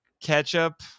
ketchup